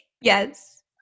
Yes